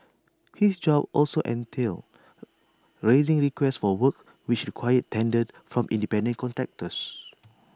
his job also entailed raising requests for works which required tenders from independent contractors